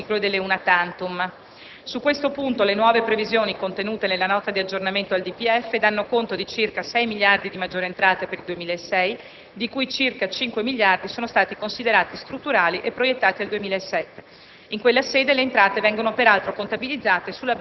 riguardano l'aggiustamento del saldo di bilancio al netto del ciclo e delle *una* *tantum*. Su questo punto le nuove previsioni contenute nella Nota di aggiornamento al DPEF 2007-2011 danno conto di circa 6 miliardi di maggiori entrate per il 2006, di cui circa 5 miliardi sono stati considerati strutturali e proiettati al 2007.